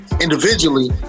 individually